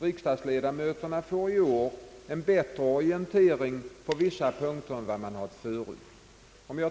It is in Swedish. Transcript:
Riksdagsledamöterna får i år en bättre orientering på vissa punkter än förut.